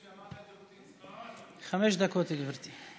חמש דקות לרשותך.